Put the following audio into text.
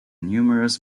numerous